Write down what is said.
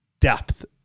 depth